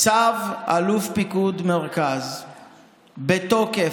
צו אלוף פיקוד מרכז בתוקף,